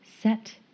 Set